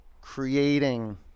creating